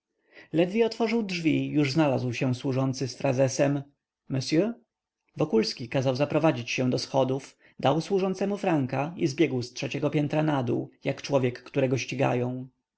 ledwie otworzył drzwi już znalazł się służący z frazesem monsieur wokulski kazał zaprowadzić się do schodów dał służącemu franka i zbiegł z trzeciego piętra nadół jak człowiek którego ścigają